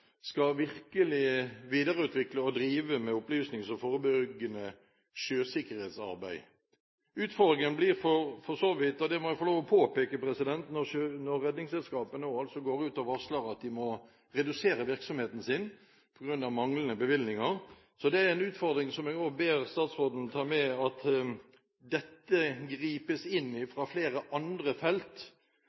skal videreutvikle og drive med opplysning og forebyggende sjøsikkerhetsarbeid. Utfordringen blir for så vidt, og det må jeg få påpeke, at Redningsselskapet nå går ut og varsler at de må redusere virksomheten sin på grunn av manglende bevilgninger. Så det er en utfordring som jeg også ber statsråden ta med, at det gripes inn fra flere andre felt.